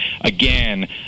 again